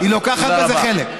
כן, כן, היא לוקחת בזה חלק.